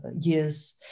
years